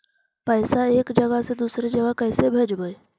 पैसा एक जगह से दुसरे जगह कैसे भेजवय?